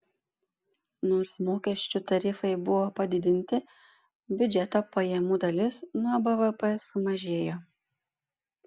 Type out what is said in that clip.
nors mokesčių tarifai buvo padidinti biudžeto pajamų dalis nuo bvp sumažėjo